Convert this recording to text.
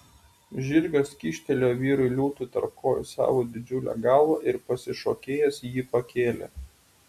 žirgas kyštelėjo vyrui liūtui tarp kojų savo didžiulę galvą ir pasišokėjęs jį pakėlė